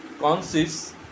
consists